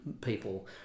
people